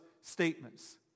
statements